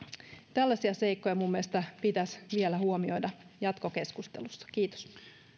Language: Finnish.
tällaisia seikkoja minun mielestäni pitäisi vielä huomioida jatkokeskustelussa kiitos